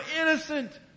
innocent